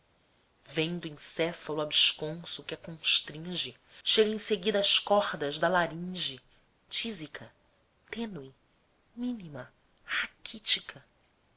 vem do encéfalo absconso que a constringe chega em seguida às cordas da laringe tísica tênue mínima raquítica